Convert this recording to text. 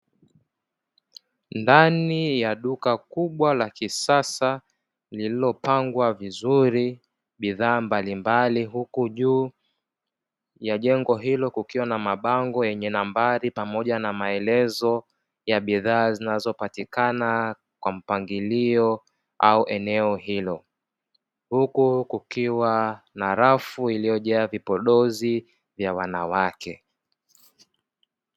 Ndani ya duka kubwa la kisasa, lililopangwa vizuri bidhaa mbalimbali. Huku juu ya jengo hilo kukiwa na mabango yenye nambari pamoja na maelezo ya bidhaa, zinazopatikana kwa mpangilio au eneo hilo. Huku kukiwa na rafu iliyojaa vipodozi vya wanawake.